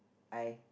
I